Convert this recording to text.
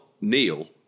Neil